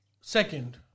Second